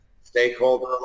stakeholder